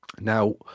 Now